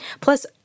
Plus